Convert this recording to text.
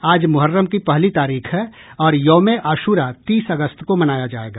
आज मुहर्रम की पहली तारीख है और यौम ए आशूरा तीस अगस्त को मनाया जायेगा